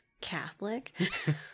Catholic